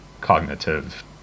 cognitive